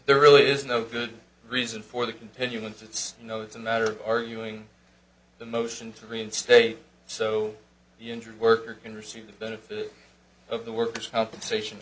there really is no good reason for the continuance it's you know it's a matter of arguing the motion to reinstate so the injured worker can receive the benefit of the worker's compensation